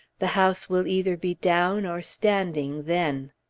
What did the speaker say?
the house will either be down or standing, then.